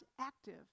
active